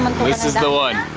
is the one